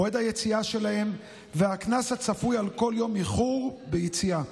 מועד היציאה שלהם והקנס הצפוי על כל יום איחור ביציאה,